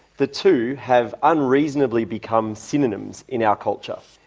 the two have unreasonably become synonyms in our culture.